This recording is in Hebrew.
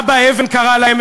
אבא אבן קרא להם,